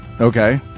okay